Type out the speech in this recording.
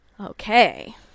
Okay